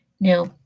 Now